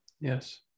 yes